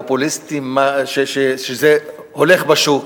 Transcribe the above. פופוליסטיים, שזה הולך בשוק.